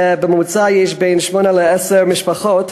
שבממוצע יש בהם בין שמונה לעשר משפחות,